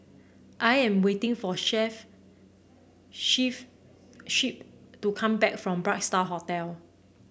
I am waiting for Shep to come back from Bright Star Hotel